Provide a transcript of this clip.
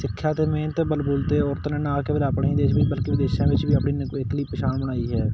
ਸਿੱਖਿਆ ਤੇ ਮੇਨ ਤੇ ਬਲਬੂਤੇ ਔਰਤ ਨੇ ਨਾ ਕੇਵਲ ਆਪਣੇ ਦੇਸ਼ ਵਿੱਚ ਬਲਕਿ ਵਿਦੇਸ਼ਾਂ ਵਿੱਚ ਵੀ ਆਪਣੀ ਨਿਵੇਕਲੀ ਪਛਾਣ ਬਣਾਈ ਹੈ